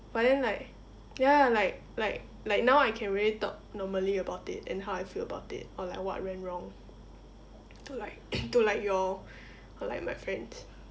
but then like ya like like like now I can really talk normally about it and how I feel about it or like what went wrong to like to you all or like my friends